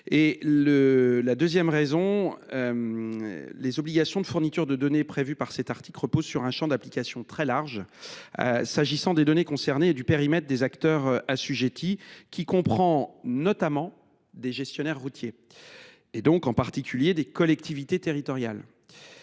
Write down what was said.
D’autre part, les obligations de fourniture de données prévues par cet article reposent sur un champ d’application très large, pour ce qui est tant des données concernées que du périmètre des acteurs assujettis, lequel comprend notamment des gestionnaires routiers, donc en particulier des collectivités territoriales,